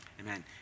Amen